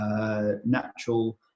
natural